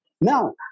Now